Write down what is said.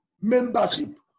membership